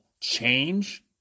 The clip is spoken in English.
change